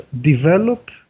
develop